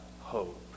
hope